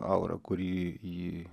aurą kuri jį